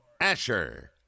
Asher